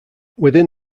within